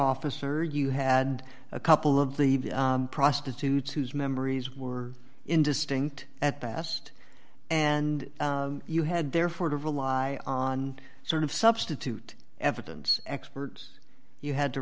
officer you had a couple of the prostitutes whose memories were indistinct at best and you had therefore to rely on sort of substitute evidence experts you had to